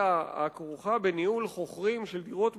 הכרוכה בניהול חוכרים של דירות מגורים,